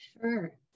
Sure